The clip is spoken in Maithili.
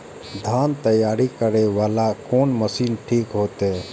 धान तैयारी करे वाला कोन मशीन ठीक होते?